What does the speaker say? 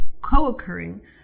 co-occurring